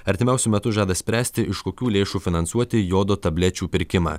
artimiausiu metu žada spręsti iš kokių lėšų finansuoti jodo tablečių pirkimą